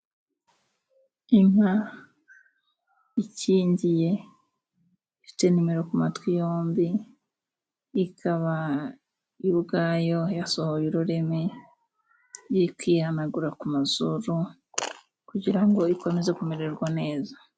Inka ikingiye ifite numero ku matwi yomb, ikaba yo ubwayo yasohoye ururimi, iri kwihanagura ku mazuru kugira ngo ikomeze kumererwa neza.